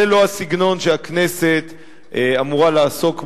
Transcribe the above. זה לא הסגנון שהכנסת אמורה לעסוק בו,